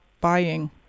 buying